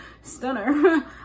stunner